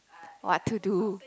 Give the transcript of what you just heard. what to do